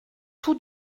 tout